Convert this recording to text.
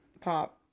Pop